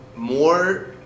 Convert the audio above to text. More